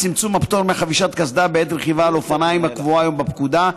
צמצום הפטור מחבישת קסדה בעת רכיבה על אופניים הקבועה היום בפקודה,